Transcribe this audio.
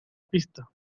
pista